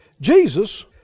Jesus